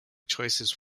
choices